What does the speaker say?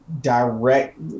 direct